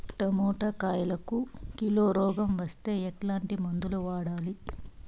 Tomato కాయలకు kilo రోగం వస్తే ఎట్లాంటి మందులు వాడాలి?